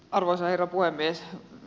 arvoisa herra puhemies